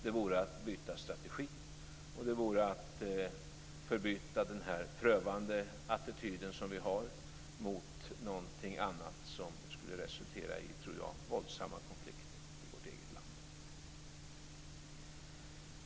Det vore att byta strategi, och det vore att förbyta den prövande attityd som vi har mot någonting annat, som jag tror skulle resultera i våldsamma konflikter i vårt eget land.